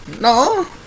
No